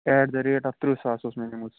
eight the rate of ترٕٛہ ساس اوس مےٚ نیٛوٗمُت سُہ